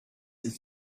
it’s